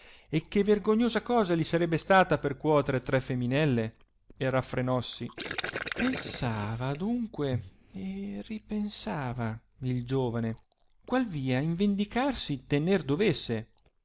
e che vergognosa cosa li sarebbe stata a percuotere tre feminelle e raffrenossi pensava adunque e ripensava il giovane qual via in vendicarsi tener dovesse